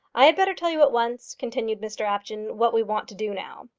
i had better tell you at once, continued mr apjohn, what we want to do now.